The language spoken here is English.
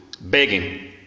begging